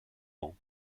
ans